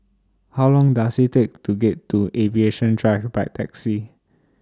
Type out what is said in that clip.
How Long Does IT Take to get to Aviation Drive By Taxi